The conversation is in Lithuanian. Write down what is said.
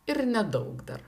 ir nedaug dar